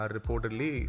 Reportedly